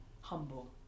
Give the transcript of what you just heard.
humble